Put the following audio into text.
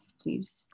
please